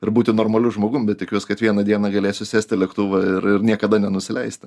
ir būti normaliu žmogum bet tikiuos kad vieną dieną galėsiu sėst į lėktuvą ir ir niekada nenusileisti